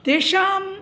तेषाम्